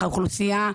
האוכלוסייה,